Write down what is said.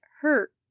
hurt